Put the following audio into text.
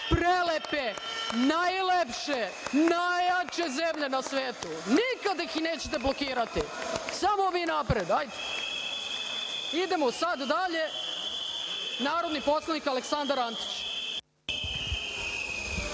prelepe, najlepše, najjače zemlje na svetu. Nikada ih nećete blokirati. Samo vi napred. Idemo sada dalje. Reč ima narodni poslanik Aleksandar Antić.